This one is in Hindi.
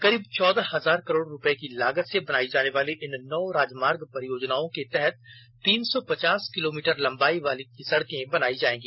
करीब चौदह हजार करोड़ रुपये की लागत से बनायी जाने वाली इन नौ राजमार्ग परियोजनाओं के तहत तीन सौ पचास किलोमीटर लंबाई की सड़कें बनायी जायेंगी